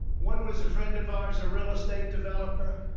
one was a friend of ours, a real estate developer.